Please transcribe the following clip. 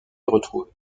retrouvée